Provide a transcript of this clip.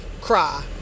cry